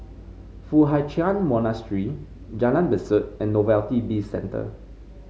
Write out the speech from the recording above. Foo Hai Ch'an Monastery Jalan Besut and Novelty Bizcentre